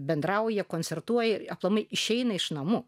bendrauja koncertuoja ir aplamai išeina iš namų